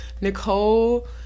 Nicole